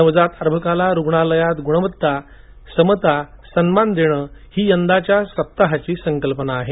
नवजात अर्भकाला रुग्णालयात गुणवत्ता समता आणि सन्मान देणेही यंदाच्या सप्ताहाची संकल्पना आहे